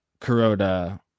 Kuroda